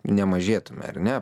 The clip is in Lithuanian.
ne mažėtume ar ne